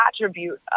attribute